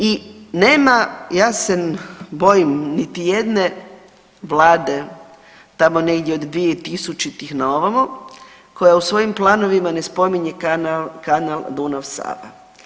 I, nema ja se bojim niti jedne Vlade tamo negdje od 2000-tih na ovamo koja u svojim planovima ne spominje kanal Dunav-Sava.